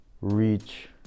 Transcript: reach